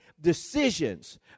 decisions